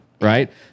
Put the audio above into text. right